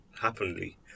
happily